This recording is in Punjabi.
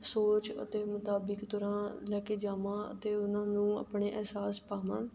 ਸੋਚ ਅਤੇ ਮੁਤਾਬਿਕ ਤਰ੍ਹਾਂ ਲੈ ਕੇ ਜਾਵਾਂ ਅਤੇ ਉਹਨਾਂ ਨੂੰ ਆਪਣੇ ਅਹਿਸਾਸ ਪਾਵਾਂ